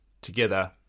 together